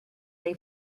they